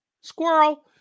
Squirrel